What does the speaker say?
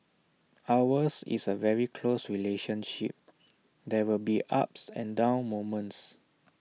ours is A very close relationship there will be ups and down moments